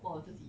well honestly